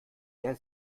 der